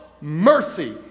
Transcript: Mercy